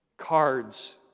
cards